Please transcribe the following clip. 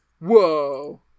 Whoa